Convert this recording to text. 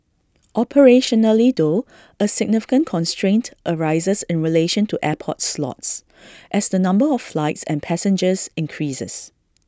operationally though A significant constraint arises in relation to airports slots as the number of flights and passengers increases